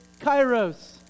kairos